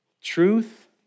Truth